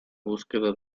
búsqueda